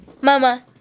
Mama